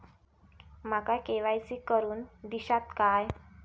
माका के.वाय.सी करून दिश्यात काय?